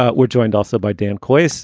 ah we're joined also by dan quayle.